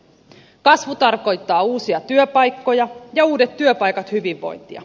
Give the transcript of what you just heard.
kasvu tarkoittaa uusia työpaikkoja ja uudet työpaikat hyvinvointia